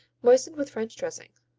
moistened with french dressing.